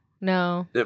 No